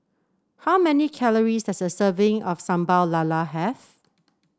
how many calories does a serving of Sambal Lala have